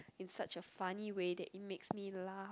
in such a funny way that it makes me laugh